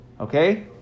Okay